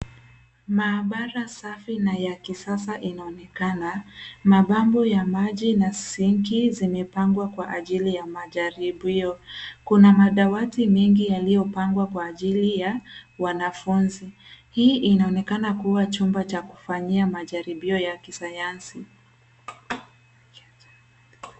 Maabara safi ya na kisasa inaonekana. Mabomba ya maji na sinki zimepangwa kwa ajili ya majaribio. Kuna madawati mengi yaliyopangwa kwa ajili ya wanafunzi. Hii inaonekana kuwa chumba cha kufanyia majaribio ya kisayansi.